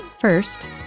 first